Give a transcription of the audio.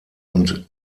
und